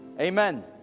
amen